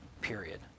period